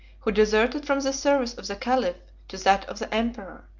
who deserted from the service of the caliph to that of the emperor.